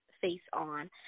face-on